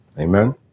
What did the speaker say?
Amen